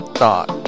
Thought